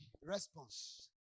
response